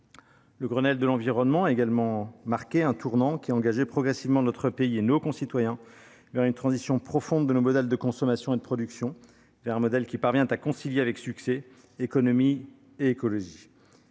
Le Grenelle de l'environnement a également marqué un tournant qui a engagé progressivement notre pays et nos concitoyens vers une transition profonde de nos modèles de consommation et de production, vers un modèle qui parvient à concilier avec succès économie et écologie.